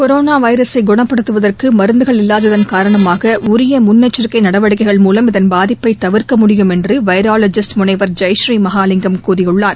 corona வைரஸை குணப்படுத்துவதற்கு மருந்துகள் இல்லாததன் காரணமாக உரிய முன்னெச்சரிக்கை நடவடிக்கைகள் மூலம் இதன் பாதிப்பை தவிர்க்க முடியும் என்று வைராலெஜிஸ்ட் முனைவர் ஜெயஸ்ரீ மகாலிங்கம் கூறியுள்ளார்